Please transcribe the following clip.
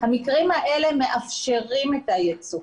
המקרים האלה מאפשרים את הייצוא.